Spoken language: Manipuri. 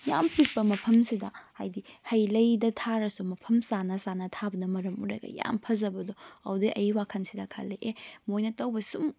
ꯌꯥꯝ ꯄꯤꯛꯄ ꯃꯐꯝꯁꯤꯗ ꯍꯥꯏꯗꯤ ꯍꯩ ꯂꯩꯗ ꯊꯥꯔꯁꯨ ꯃꯐꯝ ꯆꯥꯅ ꯆꯥꯅ ꯊꯥꯕꯅ ꯃꯔꯝ ꯑꯣꯏꯔꯒ ꯌꯥꯝ ꯐꯖꯕꯗꯣ ꯑꯗꯨꯗꯩ ꯑꯩ ꯋꯥꯈꯜꯁꯤꯗ ꯈꯜꯂꯦ ꯑꯦ ꯃꯣꯏꯅ ꯇꯧꯕ ꯁꯨꯝ